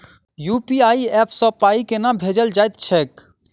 UPI app सँ पाई केना भेजल जाइत छैक?